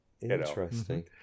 interesting